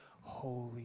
Holy